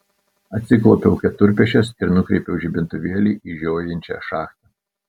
atsiklaupiau keturpėsčias ir nukreipiau žibintuvėlį į žiojinčią šachtą